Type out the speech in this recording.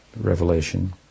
revelation